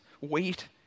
Wait